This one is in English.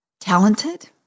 talented